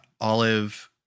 Olive